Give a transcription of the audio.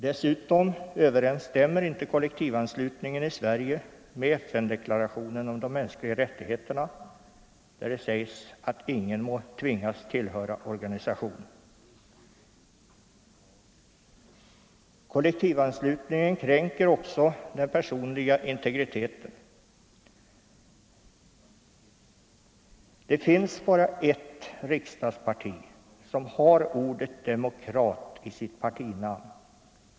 Dessutom överensstämmer inte kollektivanslutningen i Sverige med FN-deklarationen om de mänskliga rättigheterna, där det heter att ingen må tvingas tillhöra organisation. Kollektivanslutningen kränker också den personliga integriteten. Det finns bara ett riksdagsparti som har ordet demokrat i sitt partinamn.